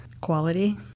Quality